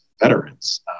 veterans